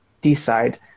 decide